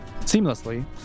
seamlessly